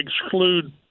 exclude